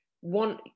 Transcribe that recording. one